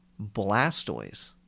Blastoise